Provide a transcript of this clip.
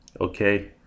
Okay